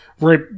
right